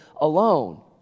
alone